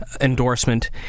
endorsement